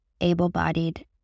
able-bodied